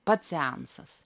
pats seansas